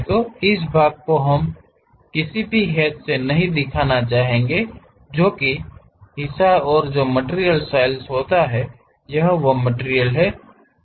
तो इस भाग को हमें किसी भी हैच से नहीं दिखाना चाहिए जो कि हिस्सा है और जो मटिरियल स्लाइस होता है तो यह वो मटिरियल है